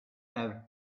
have